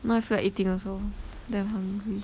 now I feel like eating also damn hungry